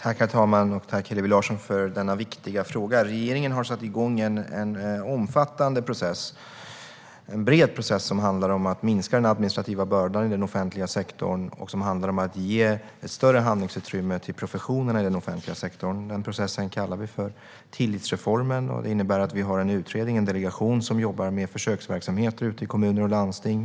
Herr talman! Tack, Hillevi Larsson, för denna viktiga fråga! Regeringen har satt igång en bred process som handlar om att minska den administrativa bördan och ge ett större handlingsutrymme till professionerna i den offentliga sektorn. Den processen kallar vi för tillitsreformen. Det innebär att vi har en delegation som jobbar med försöksverksamheter ute i kommuner och landsting.